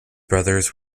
brothers